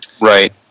Right